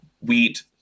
wheat